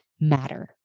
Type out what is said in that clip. matter